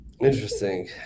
Interesting